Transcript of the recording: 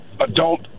adult